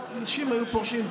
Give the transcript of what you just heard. אז אנשים היו פורשים,